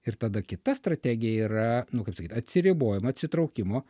ir tada kita strategija yra nu kaip sakyt atsiribojimo atsitraukimo